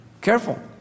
careful